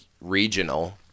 regional